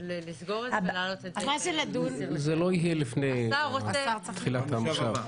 לסגור את זה ולהעלות את זה --- זה לא יהיה לפני תחילת המושב.